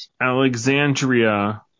Alexandria